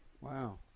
Wow